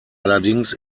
allerdings